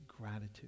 gratitude